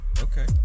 Okay